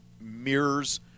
mirrors